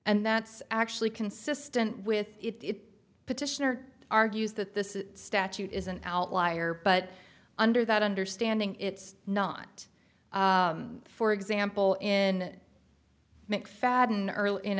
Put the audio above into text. and that's actually consistent with it petitioner argues that the statute is an outlier but under that understanding it's not for example in mcfadden earle in